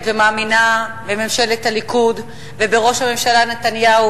ומאמינה בממשלת הליכוד ובראש הממשלה נתניהו.